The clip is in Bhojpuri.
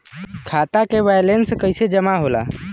खाता के वैंलेस कइसे जमा होला?